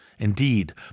Indeed